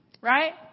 Right